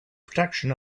protection